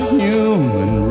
human